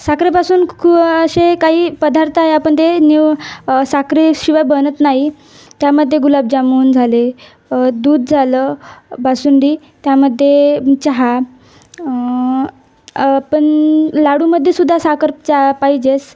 साखरेपासून खू असे काही पदार्थ आहे आपण ते न्यू साखरेशिवाय बनत नाही त्यामध्ये गुलाबजामुन झाले दूध झालं बासुंदी त्यामध्ये चहा पण लाडूमध्येसुद्धा साखर चा पाहिजेस